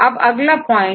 अब अगला पॉइंट